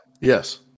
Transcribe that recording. Yes